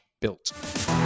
built